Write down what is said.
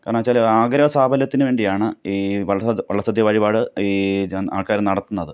കാരണം എന്നു വച്ചാൽ ആഗ്രഹസാഫല്യത്തിന് വേണ്ടിയാണ് ഈ വള്ളസദ്യ വഴിപാട് ഈ ആള്ക്കാർ നടത്തുന്നത്